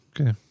Okay